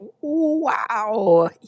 wow